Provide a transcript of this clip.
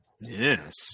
Yes